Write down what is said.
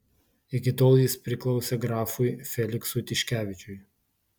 iki tol jis priklausė grafui feliksui tiškevičiui